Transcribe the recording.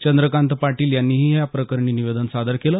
चंद्रकांत पाटील यांनीही या प्रकरणी निवेदन सादर केलं